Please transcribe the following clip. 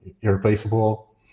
irreplaceable